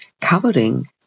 covering